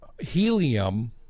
Helium